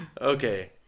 Okay